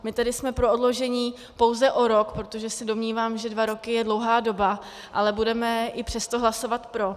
My tedy jsme pro odložení pouze o rok, protože se domnívám, že dva roky je dlouhá doba, ale budeme i přesto hlasovat pro.